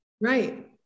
Right